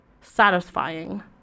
satisfying